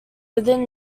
within